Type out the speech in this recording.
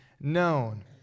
known